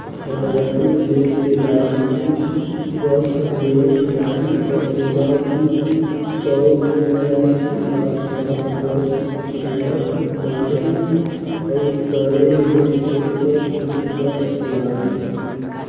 रायपुर ले बेलासपुर बस मे जाही त ओला दू सौ रूपिया के आस पास बस किराया माढ़ही अऊ टरेन मे सत्तर रूपिया लागही